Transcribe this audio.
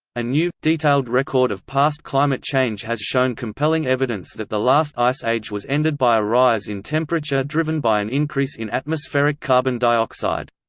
a new, detailed record of past climate change has shown compelling evidence that the last ice age was ended by a rise in temperature driven by an increase in atmospheric carbon dioxide.